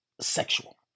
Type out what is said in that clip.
sexual